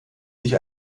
sich